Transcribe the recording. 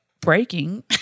breaking